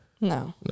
no